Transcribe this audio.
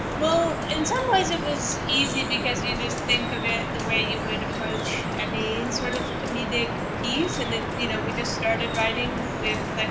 well, in some ways it was easy because you just think of it the way you would approach and these sort of comedic piece. and, you know, we just started writing with like